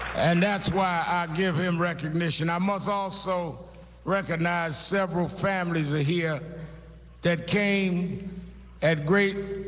and that's why i give him recognition. i must also recognize several families are here that came at great